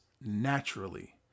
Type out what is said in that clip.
naturally